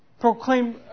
Proclaim